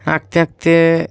আঁকতে আঁকতে